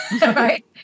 right